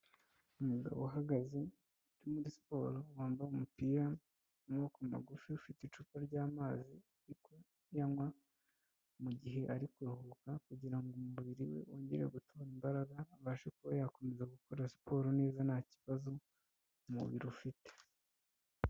Umugabo uhagaze uri muri siporo wambaye umupira w'amaboko magufi, ufite icupa ry'amazi uri kuyanywa mu gihe ari kuruhuka kugira ngo umubiri we wongere gutora imbaraga abashe kuba yakomeza gukora siporo neza nta kibazo umubiri ufite.